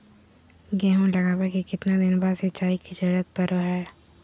गेहूं लगावे के कितना दिन बाद सिंचाई के जरूरत पड़ो है?